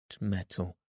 metal